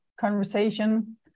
conversation